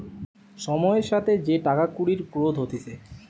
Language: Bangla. সময়ের সাথে যে টাকা কুড়ির গ্রোথ হতিছে